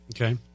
Okay